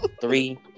Three